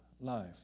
life